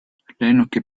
lennuki